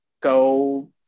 go